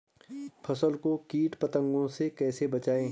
फसल को कीट पतंगों से कैसे बचाएं?